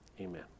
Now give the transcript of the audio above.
amen